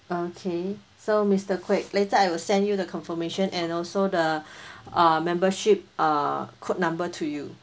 okay so mister kwek later I will send you the confirmation and also the err membership err code number to you